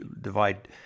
divide